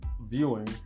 viewing